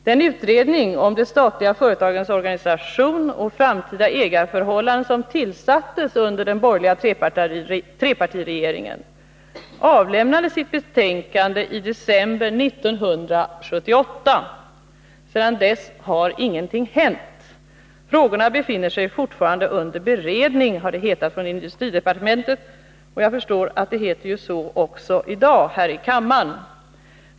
Den utredning om de statliga företagens organisation och framtida ägarförhållanden som tillsattes under den borgerliga trepartiregeringen avlämnade sitt betänkande i december 1978. Sedan dess har ingenting hänt. Frågorna befinner sig fortfarande under beredning, har det hetat i industridepartementet. Jag förstår att det heter så också i dag här i kammaren.